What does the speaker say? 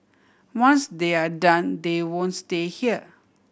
once they are done they won't stay here